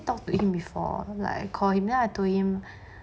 talk to him before like I call him then I told him